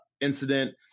incident